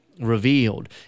revealed